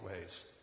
ways